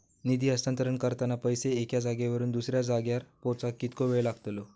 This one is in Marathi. निधी हस्तांतरण करताना पैसे एक्या जाग्यावरून दुसऱ्या जाग्यार पोचाक कितको वेळ लागतलो?